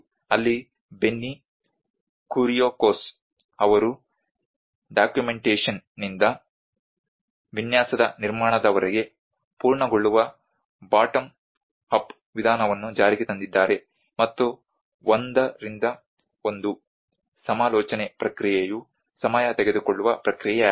ಅಲ್ಲಿ ಬೆನ್ನಿ ಕುರಿಯಾಕೋಸ್ ಅವರು ದಸ್ತಾವೇಜಿನಿಂದ ವಿನ್ಯಾಸದ ನಿರ್ಮಾಣದವರೆಗೆ ಪೂರ್ಣಗೊಳ್ಳುವ ಬಾಟಮ ಅಪ್ ವಿಧಾನವನ್ನು ಜಾರಿಗೆ ತಂದಿದ್ದಾರೆ ಮತ್ತು ಒಂದ ರಿಂದ ಒಂದು ಸಮಾಲೋಚನೆ ಪ್ರಕ್ರಿಯೆಯು ಸಮಯ ತೆಗೆದುಕೊಳ್ಳುವ ಪ್ರಕ್ರಿಯೆಯಾಗಿದೆ